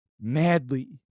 madly